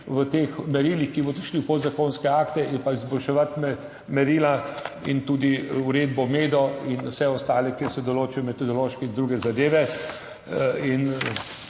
v teh merilih, ki bodo šli v podzakonske akte in pa izboljševati merila in tudi uredbo Medo in vse ostale, kjer se določijo metodološke in druge zadeve.